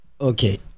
Okay